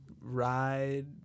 ride